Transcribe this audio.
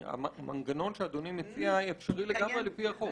שהמנגנון שאדוני מציע היא אפשרית לפי החוק.